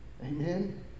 Amen